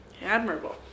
admirable